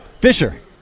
Fisher